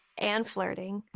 and flirting.